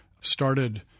started